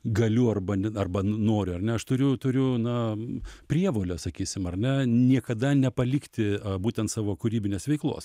galiu arba ne arba noriu ar ne aš turiu turiu na prievolę sakysim ar ne niekada nepalikti būtent savo kūrybinės veiklos